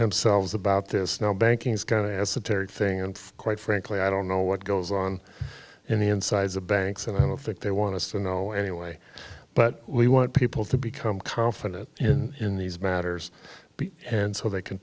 themselves about this no banking is going to esoteric thing and quite frankly i don't know what goes on in the inside the banks and i don't think they want us to know anyway but we want people to become confident in in these matters and so they can